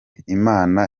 imana